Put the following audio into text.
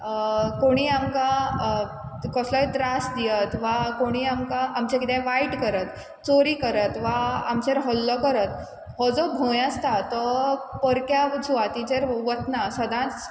कोणीय आमकां कसलोय त्रास दियत वा कोणीय आमकां आमचें किदें वायट करत चोरी करत वा आमचेर हल्लो करत हो जो भंय आसता तो परक्या व सुवातीचेर वतना सदांच